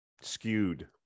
skewed